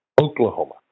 Oklahoma